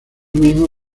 mismo